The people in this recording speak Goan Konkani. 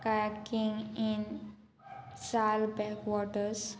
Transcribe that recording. kayaking in Sal back waters